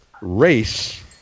race